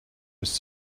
was